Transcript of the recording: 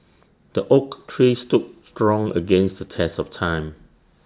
the oak tree stood strong against the test of time